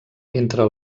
entre